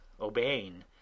obeying